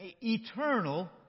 eternal